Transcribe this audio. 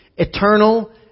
Eternal